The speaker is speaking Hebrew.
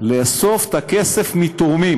לאסוף את הכסף מתורמים.